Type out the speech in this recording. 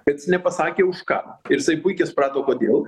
bet jis nepasakė už ką ir jisai puikiai suprato kodėl